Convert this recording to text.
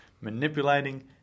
manipulating